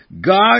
God